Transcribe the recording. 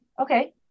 Okay